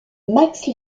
max